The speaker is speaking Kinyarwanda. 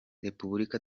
repubulika